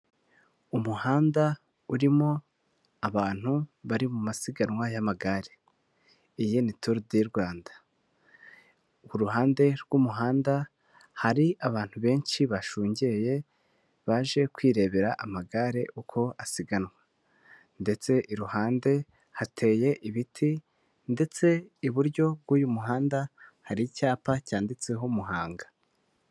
Umuhanda urimo abantu bari mu masiganwa y'amagare, iyi ni turu di Rwanda. Ku ruhande rw'umuhanda hari abantu benshi bashungeye baje kwirebera amagare uko asiganwa, ndetse iruhande hateye ibiti ndetse iburyo bw'uyu muhanda hari icyapa cyanditseho Muhanga.